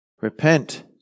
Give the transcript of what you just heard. Repent